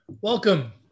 Welcome